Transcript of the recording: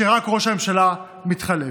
ורק ראש הממשלה מתחלף.